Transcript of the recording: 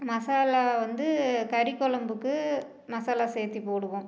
மசாலா வந்து கறி கொழம்புக்கு மசாலா சேத்து போடுவோம்